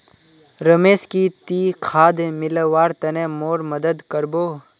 रमेश की ती खाद मिलव्वार तने मोर मदद कर बो